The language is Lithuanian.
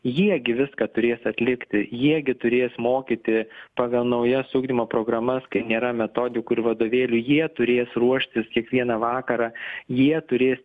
jie gi viską turės atlikti jie gi turės mokyti pagal naujas ugdymo programas kai nėra metodikų ir vadovėlių jie turės ruoštis kiekvieną vakarą jie turės